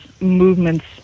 movements